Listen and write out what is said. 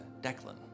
Declan